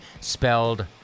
spelled